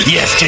Yes